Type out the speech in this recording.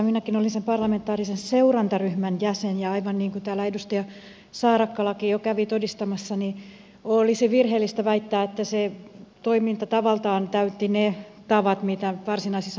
minäkin olin sen parlamentaarisen seurantaryhmän jäsen ja aivan niin kuin täällä edustaja saarakkalakin jo kävi todistamassa olisi virheellistä väittää että se toimintatavaltaan vastasi niitä tapoja mitä varsinaisessa parlamentaarisessa valmistelussa on